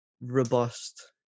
robust